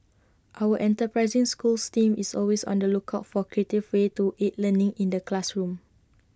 our enterprising schools team is always on the lookout for creative ways to aid learning in the classroom